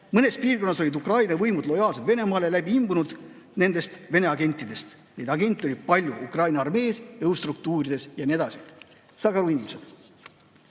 mõnes piirkonnas olid Ukraina võimud lojaalsed Venemaale, läbi imbunud nendest Vene agentidest. Neid agente oli palju ka Ukraina armees, jõustruktuurides ja nii edasi. Saage aru, inimesed!